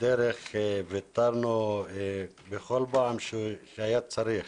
בדרך ויתרנו בכל פעם שהיה צריך,